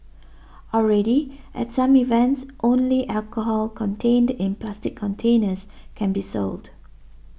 already at some events only alcohol contained in plastic containers can be sold